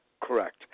Correct